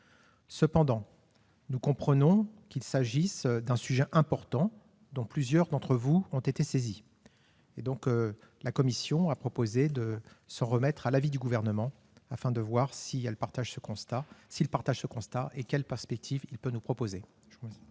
collègues, nous comprenons qu'il s'agit d'un sujet important, dont plusieurs d'entre vous ont été saisis. Cela étant, la commission spéciale a proposé de s'en remettre à l'avis du Gouvernement, afin de voir s'il partage ce constat et quelles perspectives il peut nous proposer.